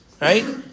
Right